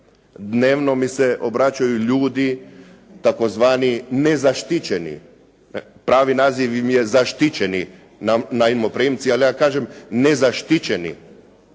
Dnevno mi se obraćaju ljudi tzv. nezaštićeni. Pravi naziv im je zaštićeni najmoprimci ali ja kažem nezaštićeni